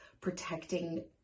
protecting